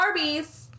barbies